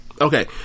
Okay